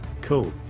Cool